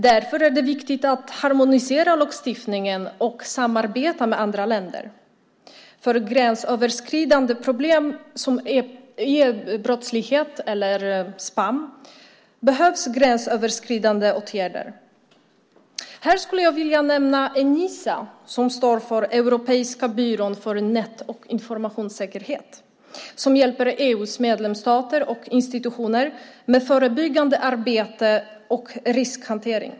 Därför är det viktigt att harmonisera lagstiftningen och samarbeta med andra länder. För gränsöverskridande problem som e-brottslighet och spam behövs gränsöverskridande åtgärder. Här skulle jag vilja nämna Enisa, Europeiska byrån för nät och informationssäkerhet, som hjälper EU:s medlemsstater och institutioner med förebyggande arbete och riskhantering.